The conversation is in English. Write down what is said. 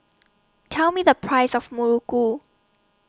Tell Me The Price of Muruku